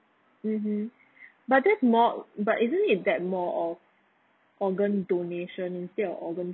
mmhmm but that's more but isn't it that more of organ donation instead of organ